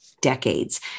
decades